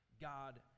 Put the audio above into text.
God